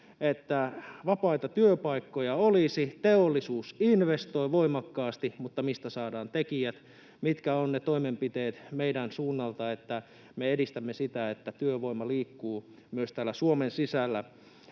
että vapaita työpaikkoja olisi, teollisuus investoi voimakkaasti, mutta mistä saadaan tekijät? Mitkä ovat ne toimenpiteet meidän suunnalta, joilla me edistämme sitä, että työvoima liikkuu myös täällä Suomen sisällä?